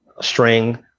string